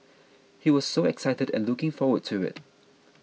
he was so excited and looking forward to it